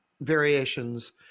variations